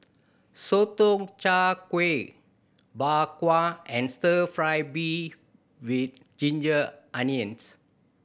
Sotong Char Kway Bak Kwa and Stir Fry beef with ginger onions